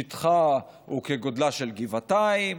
שטחה הוא כגודלה של גבעתיים,